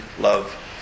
love